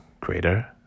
greater